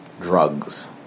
drugs